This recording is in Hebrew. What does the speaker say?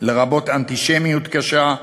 לרבות אנטישמיות קשה,